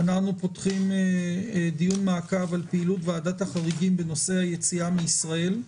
אנחנו פותחים דיון מעקב על פעילות ועדת החריגים בנושא היציאה מישראל,